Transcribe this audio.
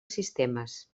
sistemes